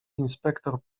inspektor